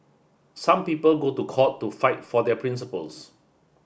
some people go to court to fight for their principles